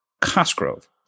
Cosgrove